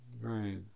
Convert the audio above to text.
Right